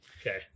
Okay